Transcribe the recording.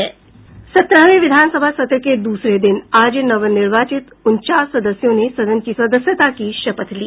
सत्रहवीं विधानसभा सत्र के दूसरे दिन आज नवनिर्वाचित उनचास सदस्यों ने सदन की सदस्यता की शपथ ली